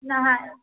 না